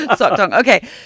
Okay